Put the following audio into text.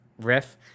riff